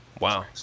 wow